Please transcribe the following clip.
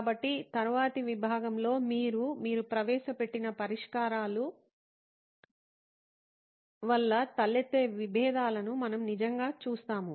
కాబట్టి తరువాతి విభాగంలో మీరు ప్రవేశపెట్టిన పరిష్కారాల వల్ల తలెత్తే విభేదాలను మనము నిజంగా చూస్తాము